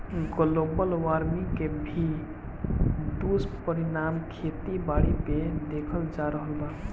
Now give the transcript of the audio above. global warming के भी दुष्परिणाम खेती बारी पे देखल जा रहल बा